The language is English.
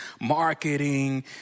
marketing